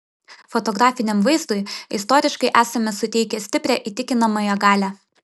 fotografiniam vaizdui istoriškai esame suteikę stiprią įtikinamąją galią